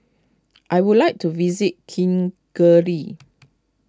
I would like to visit Kigali